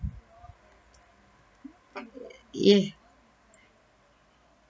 yeah